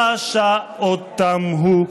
רשע או תם הוא,